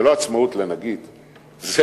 זה